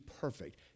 perfect